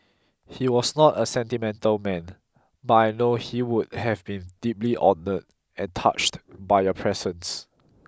he was not a sentimental man but I know he would have been deeply honoured and touched by your presence